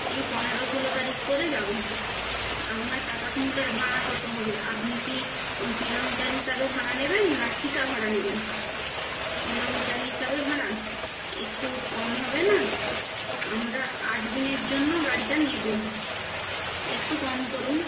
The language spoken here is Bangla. এই পনেরো ষোলো তারিখ করে যাব আপনার টাটা সুমোটার ভাড়া কত হবে আপনি কি কিলোমিটার হিসাবে ভাড়া নেবেন না ঠিকা ভাড়া নেবেন কিলোমিটার হিসাবে ভাড়া একটু কম হবে না আমরা আট দিনের জন্য গাড়িটা নেব একটু কম করুন